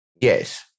Yes